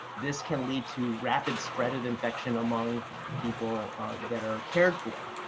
this can lead to rapid spread of infection among people that are cared for.